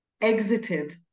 exited